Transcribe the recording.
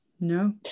No